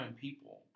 people